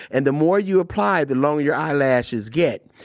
and the more you apply, the longer your eyelashes get.